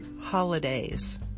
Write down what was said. holidays